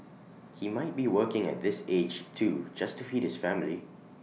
he might be working at this age too just to feed his family